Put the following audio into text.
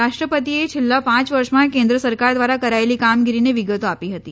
રાષ્ર્ પતિએ છેલ્લા પાંચ વર્ષમાં કેન્સ સરકાર દ્વારા કરાયેલી કામગીરીની વિગતો આપી હતી